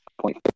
point